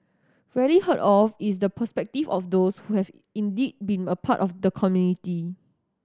rarely heard of is the perspective of those who have indeed been a part of the community